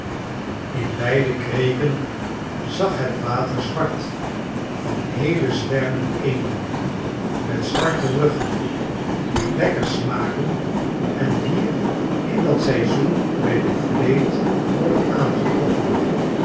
in beide kreken zag het water zwart van heele zwermen eenden met zwarte ruggen die lekker smaken en hier in dat seizoen bij de vleet worden aangetroffen